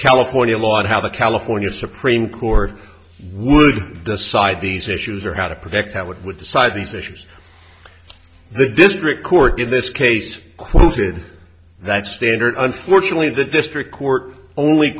california law and how the california supreme court would decide these issues or how to protect that with the side of these issues the district court in this case quoted that standard unfortunately the district court only